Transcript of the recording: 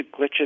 glitches